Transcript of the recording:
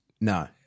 No